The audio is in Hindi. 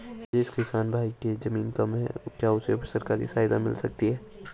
जिस किसान भाई के ज़मीन कम है क्या उसे सरकारी सहायता मिल सकती है?